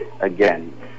Again